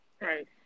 right